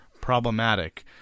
problematic